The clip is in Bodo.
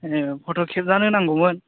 ए फट' खेबजानो नांगौमोन